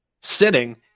sitting